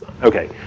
Okay